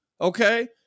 Okay